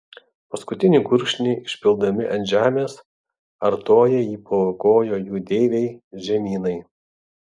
paskutinį gurkšnį išpildami ant žemės artojai jį paaukojo jų deivei žemynai